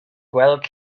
gweld